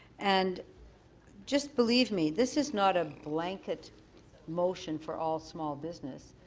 and just believe me, this is not a blanket motion for all small business,